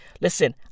listen